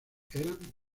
eran